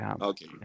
Okay